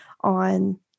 on